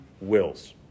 wills